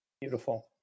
Beautiful